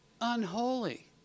unholy